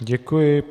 Děkuji.